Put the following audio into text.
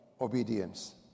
obedience